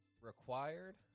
required